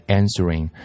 answering